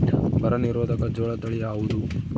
ಬರ ನಿರೋಧಕ ಜೋಳ ತಳಿ ಯಾವುದು?